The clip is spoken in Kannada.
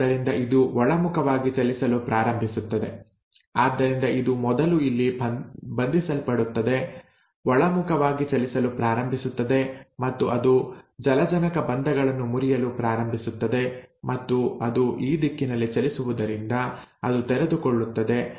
ಆದ್ದರಿಂದ ಇದು ಒಳಮುಖವಾಗಿ ಚಲಿಸಲು ಪ್ರಾರಂಭಿಸುತ್ತದೆ ಆದ್ದರಿಂದ ಇದು ಮೊದಲು ಇಲ್ಲಿ ಬಂಧಿಸಲ್ಪಡುತ್ತದೆ ಒಳಮುಖವಾಗಿ ಚಲಿಸಲು ಪ್ರಾರಂಭಿಸುತ್ತದೆ ಮತ್ತು ಅದು ಜಲಜನಕ ಬಂಧಗಳನ್ನು ಮುರಿಯಲು ಪ್ರಾರಂಭಿಸುತ್ತದೆ ಮತ್ತು ಅದು ಈ ದಿಕ್ಕಿನಲ್ಲಿ ಚಲಿಸುವುದರಿಂದ ಅದು ತೆರೆದುಕೊಳ್ಳುತ್ತದೆ